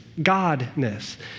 godness